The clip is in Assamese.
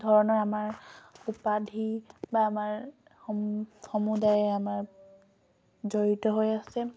ধৰণৰ আমাৰ উপাধি বা আমাৰ সমুদায় আমাৰ জড়িত হৈ আছে